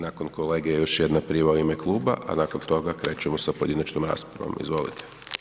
Nakon kolege još jedna prijava u ime kluba a nakon toga krećemo sa pojedinačnom raspravom, izvolite.